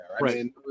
Right